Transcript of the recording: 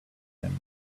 him